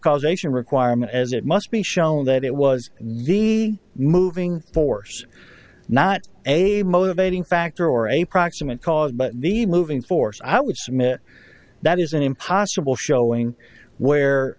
causation requirement as it must be shown that it was the moving force not a motivating factor or a proximate cause but the moving force i would submit that is an impossible showing